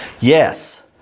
Yes